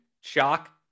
shock